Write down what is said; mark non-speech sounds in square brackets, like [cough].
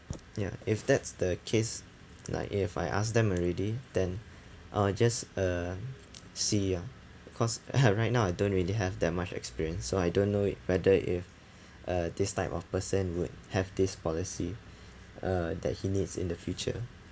ya if that's the case like if I ask them already then I'll just uh see ah cause [laughs] right now I don't really have that much experience so I don't know whether if uh this type of person would have this policy uh that he needs in the future